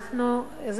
רגע, פספסתי?